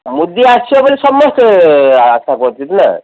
ମୋଦୀ ଆସିବ ବୋଲି ସମସ୍ତେ ଆଶା କରିଛନ୍ତି ନା